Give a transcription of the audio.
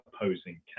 opposing